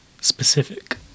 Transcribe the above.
specific